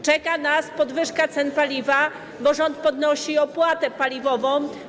Czeka nas podwyżka cen paliwa, bo rząd podnosi opłatę paliwową.